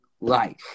life